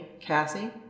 Cassie